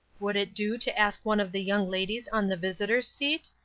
would it do to ask one of the young ladies on the visitors' seat?